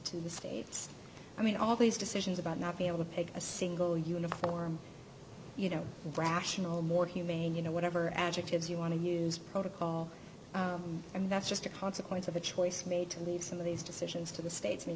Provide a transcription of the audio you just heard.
to the states i mean all these decisions about not be able to pick a single uniform you know rational more humane you know whatever adjectives you want to use protocol and that's just a consequence of a choice made to leave some of these decisions to the states and you